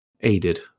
aided